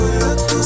look